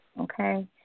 Okay